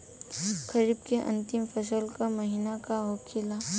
खरीफ के अंतिम फसल का महीना का होखेला?